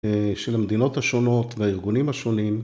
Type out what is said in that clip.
של המדינות השונות והארגונים השונים.